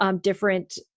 different